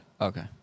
Okay